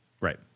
right